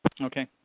Okay